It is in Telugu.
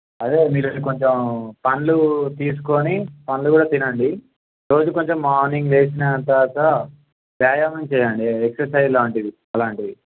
అదే మీరు కొంచెం పండ్లు తీసుకుని పండ్లు కూడా తినండి రోజు కొంచెం మార్నింగ్ లేచిన తరువాత వ్యాయామం చెయ్యండి ఎక్సర్సైజ్లాంటివి అలాంటివి